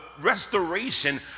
restoration